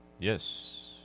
Yes